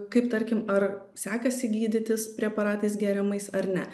kaip tarkim ar sekasi gydytis preparatais geriamais ar ne